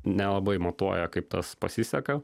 nelabai matuoja kaip tas pasiseka